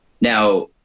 Now